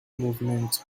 movement